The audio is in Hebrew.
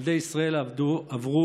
ילדי ישראל עברו,